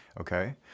okay